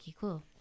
Cool